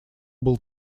был